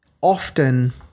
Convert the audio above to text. often